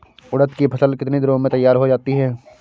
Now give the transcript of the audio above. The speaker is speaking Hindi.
उड़द की फसल कितनी दिनों में तैयार हो जाती है?